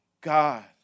God